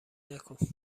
نکن